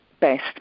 best